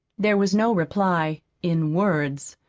there was no reply in words.